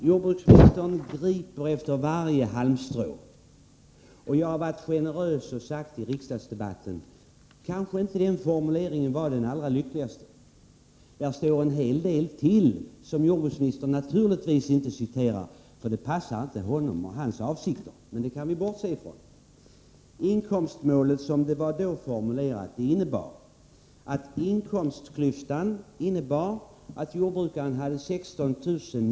Jordbruksministern griper efter varje halmstrå, och jag har varit generös och sagt i riksdagsdebatten att formuleringen kanske inte var den allra lyckligaste. Där står en hel del ytterligare, som jordbruksministern naturligtvis inte citerar, eftersom det inte passar honom och hans avsikter. Det kan vi emellertid bortse ifrån. Inkomstmålet som det då var formulerat innebar att inkomstklyftan var sådan att jordbrukaren hade 16000 kr.